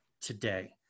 today